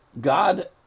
God